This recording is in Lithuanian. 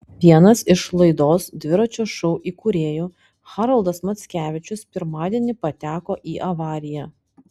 vienas iš laidos dviračio šou įkūrėjų haroldas mackevičius pirmadienį pateko į avariją